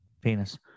penis